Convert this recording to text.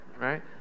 right